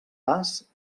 pas